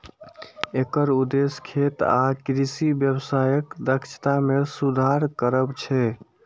एकर उद्देश्य खेत आ कृषि व्यवसायक दक्षता मे सुधार करब छै